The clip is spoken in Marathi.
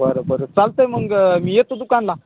बरं बरं चालतय मग मी येतो दुकानला